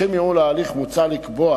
לשם ייעול ההליך מוצע לקבוע